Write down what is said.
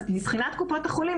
מבחינת קופות החולים,